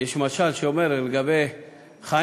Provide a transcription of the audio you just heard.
יש משל שאומר, חיים,